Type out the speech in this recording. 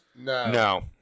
No